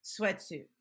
sweatsuit